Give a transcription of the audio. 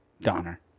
Donner